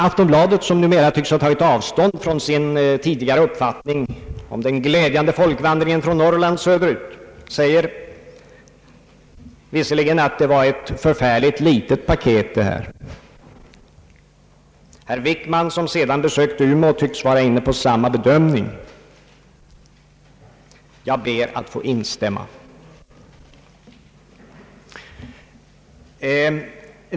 Aftonbladet, som numera tycks ha tagit avstånd från sin tidigare uppfattning om »den glädjande folkvandringen från Norrland söderut», säger att det var ett förfärligt litet paket. Herr Wickman, som sedan besökt Umeå, tycks vara inne på samma bedömning. Jag ber att få instämma.